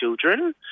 children